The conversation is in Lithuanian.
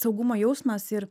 saugumo jausmas ir